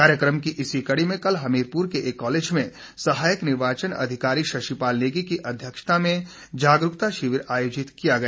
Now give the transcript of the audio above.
कार्यक्रम की इसी कड़ी में कल हमीरपुर के एक कॉलेज में सहायक निर्वाचन अधिकारी शशिपाल नेगी की अध्यक्षता में जागरूकता शिविर आयोजित किया गया